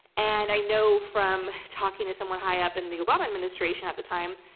and i know from talking to someone high up in the obama administration at the time,